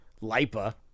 Lipa